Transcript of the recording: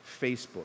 Facebook